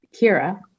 Kira